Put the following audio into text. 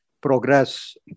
progress